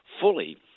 fully